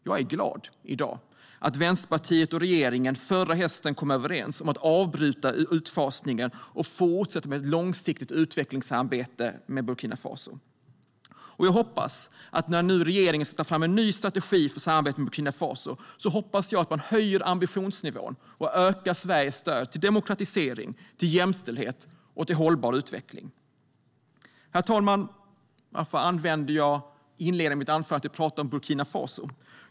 Jag är glad över att Vänsterpartiet och regeringen förra hösten kom överens om att avbryta utfasningen och fortsätta med ett långsiktigt utvecklingssamarbete med Burkina Faso. När regeringen nu ska ta fram en ny strategi för samarbetet med Burkina Faso hoppas jag att man höjer ambitionsnivån och ökar Sveriges stöd till demokratisering, jämställdhet och hållbar utveckling. Herr talman! Varför använder jag då så mycket av mitt anförande till att prata om Burkina Faso?